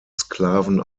sklaven